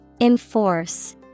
Enforce